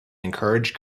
encourage